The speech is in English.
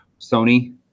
Sony